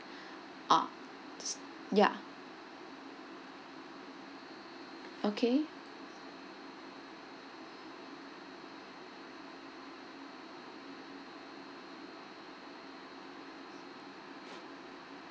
ah ya okay